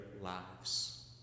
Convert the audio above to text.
lives